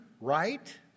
right